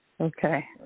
Okay